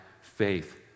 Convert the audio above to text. faith